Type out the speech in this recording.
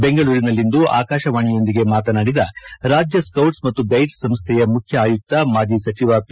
ಬೆಂಗಳೂರಿನಲ್ಲಿಂದು ಆಕಾಶವಾಣಿಯೊಂದಿಗೆ ಮಾತನಾಡಿದ ರಾಜ್ಯ ಸ್ಟೌಟ್ಸ್ ಮತ್ತು ಗೈಡ್ಸ್ ಸಂಸ್ಥೆಯ ಮುಖ್ಯ ಆಯುಕ್ತ ಮಾಜಿ ಸಚಿವ ಪಿ